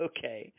Okay